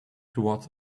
towards